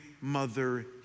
mother